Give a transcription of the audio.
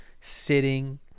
sitting